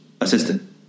assistant